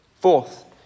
Fourth